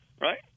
right